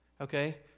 Okay